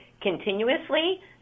continuously